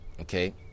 Okay